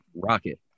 Rocket